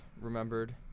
remembered